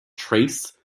trace